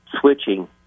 switching